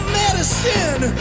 medicine